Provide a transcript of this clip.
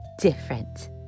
different